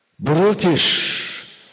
Brutish